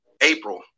April